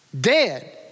dead